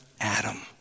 Adam